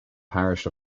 parish